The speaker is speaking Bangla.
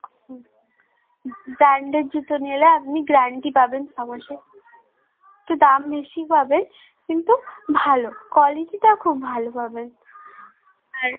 ব্রান্ডেড জুতো নিলে আপনি গ্যারান্টি পাবেন ছমাসের একটু দাম বেশি পাবেন কিন্তু ভালো কোয়ালিটিটা খুব ভালো পাবেন আর